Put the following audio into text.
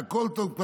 הכול טוב,